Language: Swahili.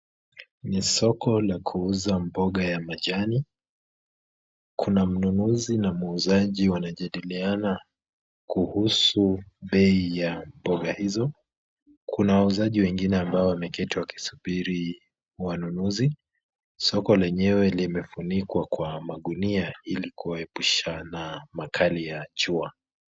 Ni soko la kuuza mboga ya majani. kuna mnunuzi na muuzaji wanajadiliana kuhusu bei ya mboga hizo. Kuna wauzaji wengine ambao wameketi wakisubiri wanunuzi. Soko lenyewe limefunikwa kwa magunia ili kuwaepusha na makali ya jua.